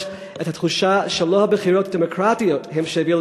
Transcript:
את התחושה שלא הבחירות הדמוקרטיות הן שהביאו